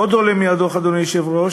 עוד עולה מהדוח, אדוני היושב-ראש,